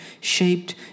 shaped